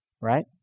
right